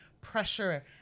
pressure